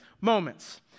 moments